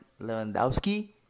Lewandowski